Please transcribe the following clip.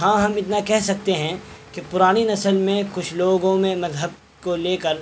ہاں ہم اتنا کہہ سکتے ہیں کہ پرانی نسل میں کچھ لوگوں میں مذہب کو لے کر